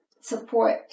Support